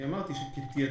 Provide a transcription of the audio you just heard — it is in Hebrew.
אמרתי שכתעדוף,